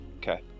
Okay